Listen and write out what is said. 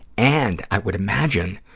and i would imagine